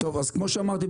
אז כמו שאמרתי,